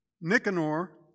Nicanor